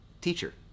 teacher